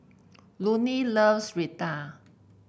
loves Raita